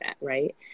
right